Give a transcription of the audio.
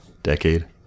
Decade